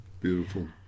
Beautiful